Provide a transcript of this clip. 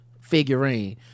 figurine